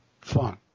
fun